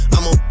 I'ma